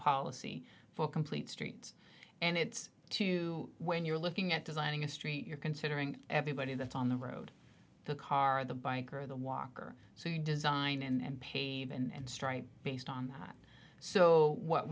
policy for complete streets and it's to when you're looking at designing a street you're considering everybody that's on the road the car the bike or the walker so you design and pave and stright based on that so what